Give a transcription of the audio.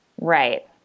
Right